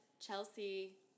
Chelsea